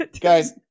Guys